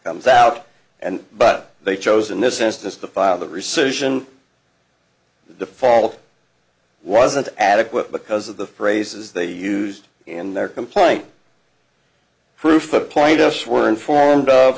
comes out and but they chose in this instance to file the rescission the fault wasn't adequate because of the phrases they used in their complaint proof applying to us were informed of